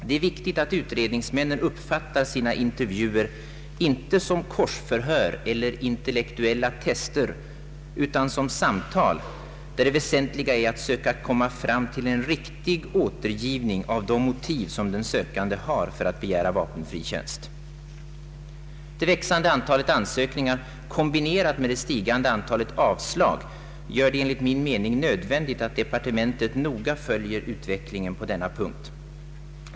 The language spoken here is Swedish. Det är viktigt att utredningsmännen inte uppfattar sina intervjuer som korsförhör eller intellektuella tester utan som samtal, där det väsentliga är att söka komma fram till en riktig återgivning av de motiv som den sökande har för att begära vapenfri tjänst. Det växande antalet ansökningar kombinerat med det stigande antalet avslag gör det enligt min mening nödvändigt att departementet noga följer utvecklingen på denna punkt.